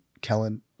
Kellen